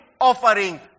Offering